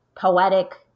poetic